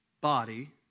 body